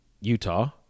Utah